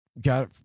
got